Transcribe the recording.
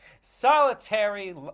solitary